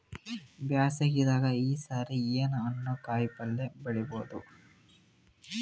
ಬ್ಯಾಸಗಿ ದಾಗ ಈ ಸರಿ ಏನ್ ಹಣ್ಣು, ಕಾಯಿ ಪಲ್ಯ ಬೆಳಿ ಬಹುದ?